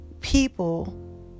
people